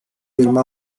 yirmi